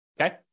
Okay